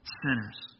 sinners